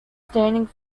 standing